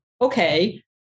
okay